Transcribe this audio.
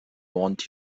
want